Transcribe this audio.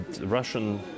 Russian